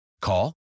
Call